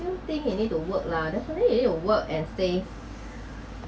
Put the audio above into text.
think you need to work lah definitely you need to work and save